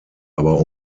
aber